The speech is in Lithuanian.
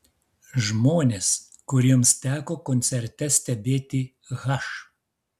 žmonės kuriems teko koncerte stebėti h